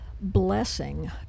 blessing